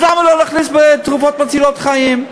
אז למה לא להכניס תרופות מצילות חיים?